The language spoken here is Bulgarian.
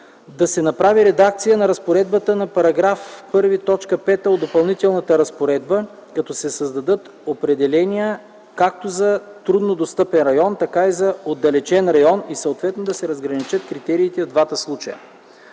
да се направи редакция на разпоредбата на § 1, т. 5 от Допълнителната разпоредба, като се създадат определения както за „трудно достъпен район”, така и за „отдалечен район” и съответно да се разграничат критериите в двата случая.